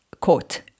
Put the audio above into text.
quote